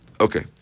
Okay